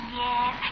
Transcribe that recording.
yes